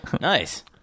Nice